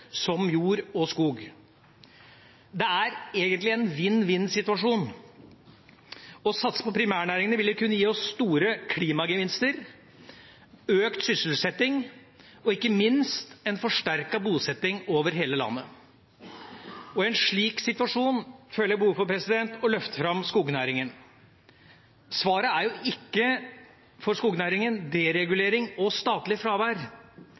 som jord og skog. Det er egentlig en vinn-vinn-situasjon. Å satse på primærnæringene ville kunne gi oss store klimagevinster, økt sysselsetting og ikke minst en forsterket bosetting over hele landet, og i en slik situasjon føler jeg behov for å løfte fram skognæringen. Svaret for skognæringen er jo ikke deregulering og statlig fravær.